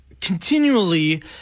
continually